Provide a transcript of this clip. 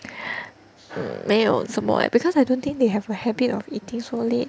没有什么 leh because I don't think they have a habit of eating so late